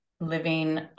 living